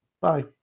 Bye